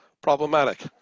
problematic